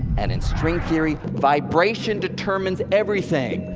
and in string theory, vibration determines everything.